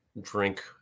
drink